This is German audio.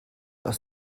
aus